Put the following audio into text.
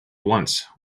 once